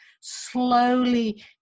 slowly